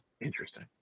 Interesting